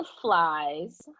flies